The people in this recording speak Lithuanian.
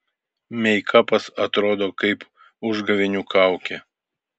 meikapas atrodo kaip užgavėnių kaukė